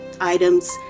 items